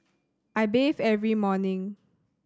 I bathe every morning